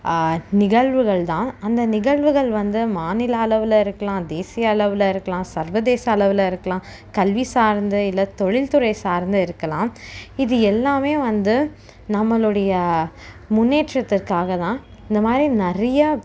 நிகழ்வுகள் தான் அந்த நிகழ்வுகள் வந்து மாநில அளவில் இருக்கலாம் தேசிய அளவில் இருக்கலாம் சர்வதேச அளவில் இருக்கலாம் கல்வி சார்ந்த இல்லை தொழில்துறை சார்ந்து இருக்கலாம் இது எல்லாம் வந்து நம்மளுடைய முன்னேற்றத்திற்காக தான் இந்த மாதிரி நிறைய